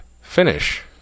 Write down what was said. finish